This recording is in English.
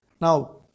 Now